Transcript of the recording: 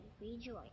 Rejoice